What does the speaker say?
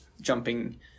jumping